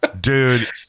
Dude